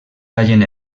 tallen